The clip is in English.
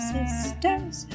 Sisters